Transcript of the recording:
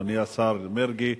אדוני השר מרגי,